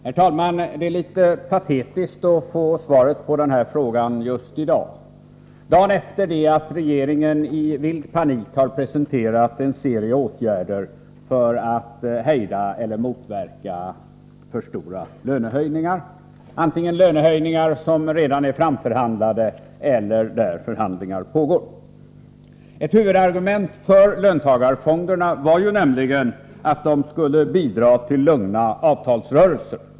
= EN Ze Herr talman! Det är litet patetiskt att få svaret på denna fråga just i dag, möter i löntagardagen efter det att regeringen i vild panik har presenterat en serie åtgärder fondsstyrelserna för att hejda eller motverka för stora lönehöjningar — antingen höjningar som HEN ? redan är framförhandlade eller där förhandlingar pågår. Ett huvudargument för löntagarfonderna var ju nämligen att de skulle bidra till lugna avtalsrörelser.